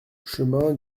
chemin